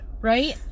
right